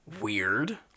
weird